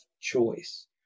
choice